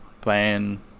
playing